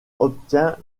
obtient